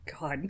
God